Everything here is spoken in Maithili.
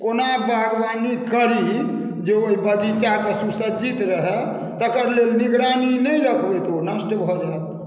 ओना बागवानी करी जरूर बगीचाके सुसज्जित रहए तकर निगरानी नहि रखबै तऽ ओ नष्ट भऽ जायत